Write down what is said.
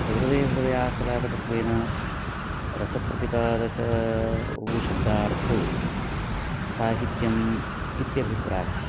सहृदय हृदयाह्लादकत्वेन रसप्रतिपादकौ शब्दार्थौ साहित्यम् इत्यभिप्रायः